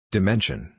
Dimension